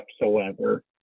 whatsoever